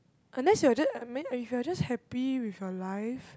unless you're just I mean if you're just happy with your life